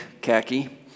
khaki